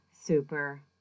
super